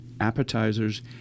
appetizers